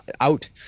out